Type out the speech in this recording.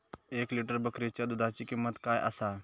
एक लिटर बकरीच्या दुधाची किंमत काय आसा?